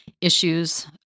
issues